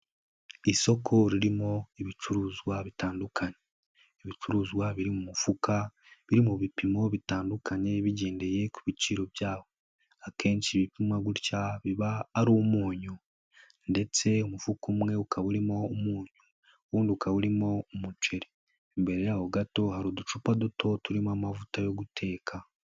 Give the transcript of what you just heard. Isoko ririmo ibicuruzwa bitandukanye, ibicuruzwa biri mu mufuka biri mu bipimo bitandukanye bigendeye ku biciro byabyo, akenshi ibipimwa gutya biba ari umunyu ndetse umufuka umwe ukaba urimo umunyu, uwundi ukaba urimo umuceri, imbere yaho gato hari uducupa duto turimo amavuta yo guteka.